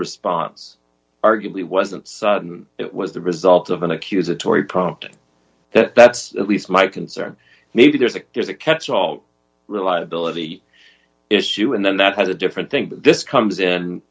response arguably wasn't it was the result of an accusatory prompting that's at least my concern maybe there's a there's a catchall reliability issue and then that has a different think this comes in